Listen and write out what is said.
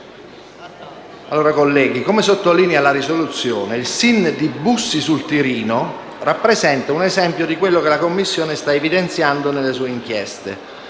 colleghi, come sottolinea la Relazione, il SIN di Bussi sul Tirino rappresenta un esempio di quello che la Commissione sta evidenziando nelle sue inchieste,